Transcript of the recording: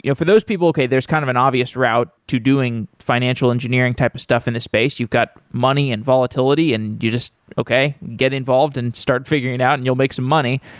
for those people, okay, there's kind of an obvious route to doing financial engineering type of stuff in this space. you've got money and volatility and you just, okay, get involved and start figuring out and you'll make some money.